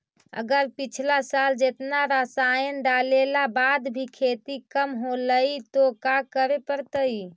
अगर पिछला साल जेतना रासायन डालेला बाद भी खेती कम होलइ तो का करे पड़तई?